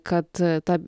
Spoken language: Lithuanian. kad ta